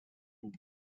bug